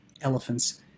elephants